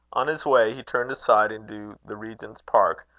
on his way he turned aside into the regent's park,